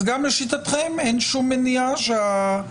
אז גם לשיטתכם אין שום מניעה שהגוף